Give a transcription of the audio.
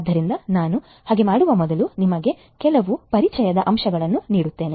ಆದ್ದರಿಂದ ನಾನು ಹಾಗೆ ಮಾಡುವ ಮೊದಲು ನಾನು ನಿಮಗೆ ಕೆಲವು ಪರಿಚಯದ ಅಂಶಗಳನ್ನು ನೀಡುತ್ತೇನೆ